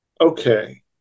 Okay